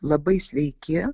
labai sveiki